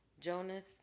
Jonas